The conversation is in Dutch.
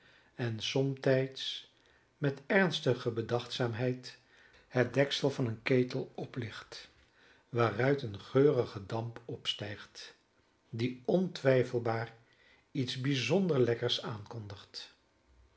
en somtijds met ernstige bedachtzaamheid het deksel van een ketel oplicht waaruit een geurige damp opstijgt die ontwijfelbaar iets bijzonder lekkers aankondigt